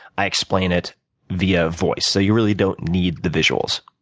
i explain it via voice. so you really don't need the visuals.